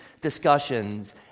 discussions